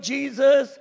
Jesus